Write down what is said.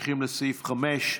סעיף 5,